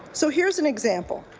so here's an example,